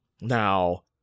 Now